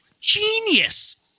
Genius